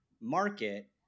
market